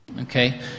Okay